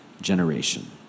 generation